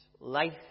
life